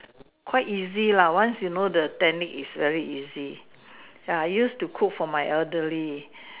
quite easy lah once you know the technique is very easy ya I used to cook for my elderly